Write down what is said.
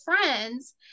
friends